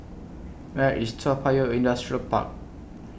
Where IS Toa Payoh Industrial Park